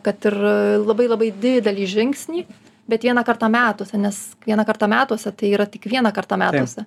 kad ir labai labai didelį žingsnį bet vieną kartą metuose nes vieną kartą metuose tai yra tik vieną kartą metuose